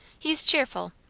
he's cheerful.